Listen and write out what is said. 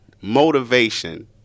motivation